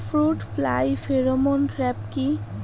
Fruit fly pheromone trap কি?